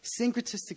syncretistic